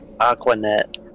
Aquanet